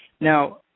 Now